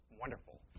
wonderful